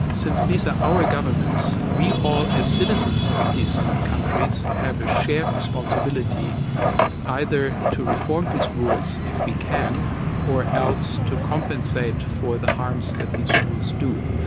since these are our governments, we all as citizens of these countries, have a shared responsibility either to reform these rules if we can or else to compensate for the harms that these rules do.